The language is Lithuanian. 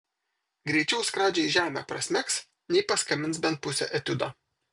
greičiau skradžiai žemę prasmegs nei paskambins bent pusę etiudo